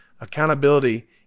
Accountability